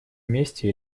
месте